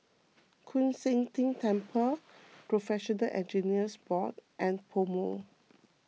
Koon Seng Ting Temple Professional Engineers Board and PoMo